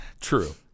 true